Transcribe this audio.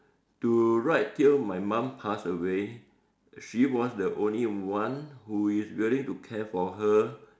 to right till my mom pass away she was the only one who is willing to care for her